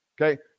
Okay